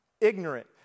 ignorant